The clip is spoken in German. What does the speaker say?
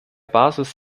basis